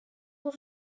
for